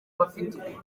bafite